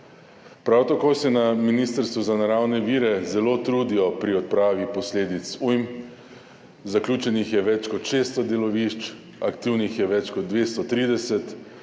Prav tako se na ministrstvu za naravne vire zelo trudijo pri odpravi posledic ujm. Zaključenih je več kot 600 delovišč, aktivnih je več kot 230 delovišč,